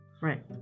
right